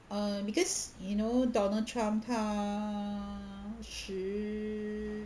err because you know donald trump 他十